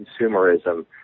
consumerism